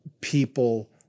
people